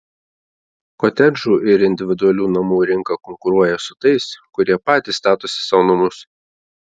kotedžų ir individualių namų rinka konkuruoja su tais kurie patys statosi sau namus